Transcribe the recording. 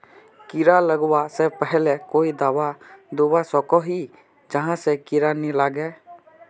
कीड़ा लगवा से पहले कोई दाबा दुबा सकोहो ही जहा से कीड़ा नी लागे?